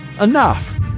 enough